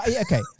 okay